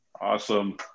awesome